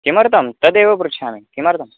किमर्थं तदेव पृच्छामि किमर्थम्